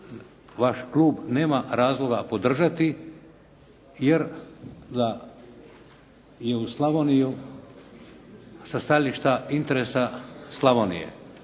vaš klub nema razloga podržati jer da je u Slavoniju, sa stajališta interesa Slavonije.